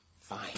Fine